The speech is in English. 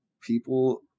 people